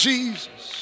Jesus